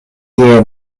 tie